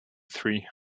three